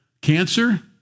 cancer